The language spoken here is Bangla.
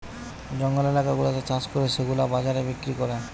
জঙ্গল এলাকা গুলাতে চাষ করে সেগুলা বাজারে বিক্রি করে